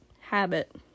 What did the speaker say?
habit